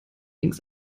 links